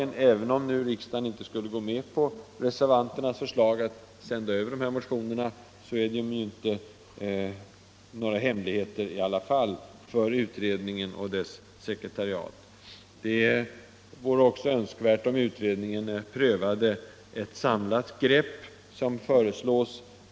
Även = medinflytande och om riksdagen inte skulle gå med på reservanternas förslag att sända över = rättssäkerhet inom motionerna, är de i alla fall inte några hemligheter för utredningen och = sjukvården dess sekretariat. Det vore önskvärt att utredningen prövade ett samlat tienträttighetslag.